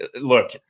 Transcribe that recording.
look